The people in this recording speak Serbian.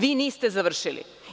Vi niste završili.